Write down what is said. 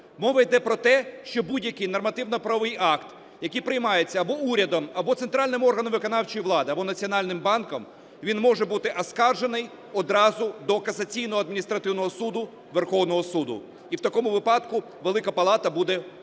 Мова йде про те, що будь-який нормативно-правовий акт, який приймається або урядом, або центральним органом виконавчої влади, або Національним банком, він може бути оскаржений одразу до Касаційно-адміністративного суду, Верховного Суду. І в такому випадку Велика палата буде